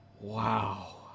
wow